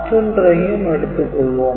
மற்றொன்றையும் எடுத்துக் கொள்வோம்